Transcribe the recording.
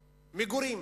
מגורים.